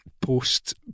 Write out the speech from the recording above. post-